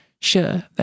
sure